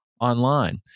online